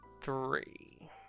three